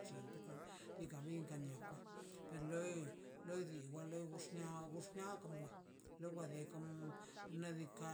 Rinkwa na kwa te loi loi di gurnia gurnia gonk wa wa lo dei dekom nadika